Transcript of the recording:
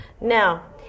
Now